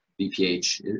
BPH